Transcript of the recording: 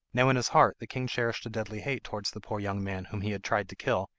now in his heart the king cherished a deadly hate towards the poor young man whom he had tried to kill,